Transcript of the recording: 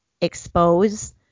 expose